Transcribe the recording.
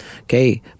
Okay